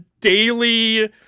Daily